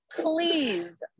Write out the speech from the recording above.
please